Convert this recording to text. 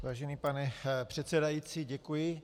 Vážený pane předsedající, děkuji.